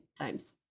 times